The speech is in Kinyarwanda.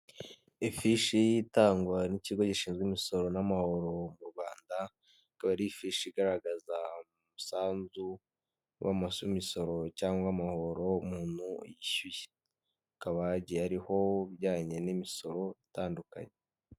Ifishi y'itangwa n'ikigo gishinzwe imisoro n'amahoro mu Rwanda ikaba ari ifishi igaragaza umusanzu w'imisoro cyangwa amahoro umuntu yishyuye hakaba hagiye hariho ibijyanye n'imisoro itandukanye.